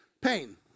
pain